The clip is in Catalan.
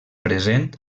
present